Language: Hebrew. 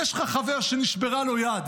ויש לך חבר שנשברה לו היד,